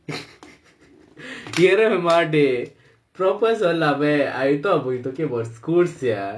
cable மாட்டு:maattu proper சொல்லாம:sollaama I thought you talking about school sia